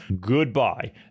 goodbye